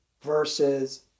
versus